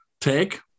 take